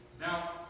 now